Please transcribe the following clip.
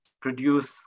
produce